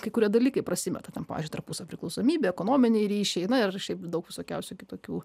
kai kurie dalykai prasimeta ten pavyzdžiui tarpusavio priklausomybė ekonominiai ryšiai na ir šiaip daug visokiausių kitokių